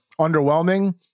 underwhelming